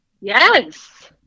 Yes